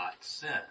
sin